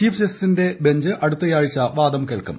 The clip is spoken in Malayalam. ചീഫ് ജസ്റ്റിസിന്റെ ബെഞ്ച് അടുത്തയാഴ്ച വാദം കേൾക്കും